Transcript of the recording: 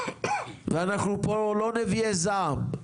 ואנחנו פה לא נביאי זעם,